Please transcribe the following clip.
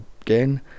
again